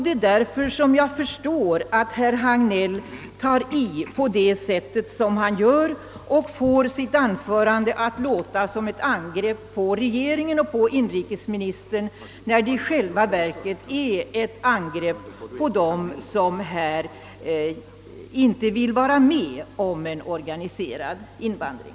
Det är därför som jag förstår att herr Hagnell tar i på det sätt som han gör och därigenom får sitt anförande att låta såsom ett angrepp mot regeringen, framför allt mot inrikesministern, när det i själva verket innebär ett angrepp mot dem som inte vill vara med om en organiserad invandring.